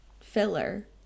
filler